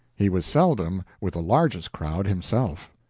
he was seldom with the largest crowd himself.